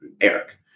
Eric